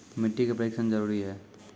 मिट्टी का परिक्षण जरुरी है?